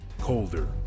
colder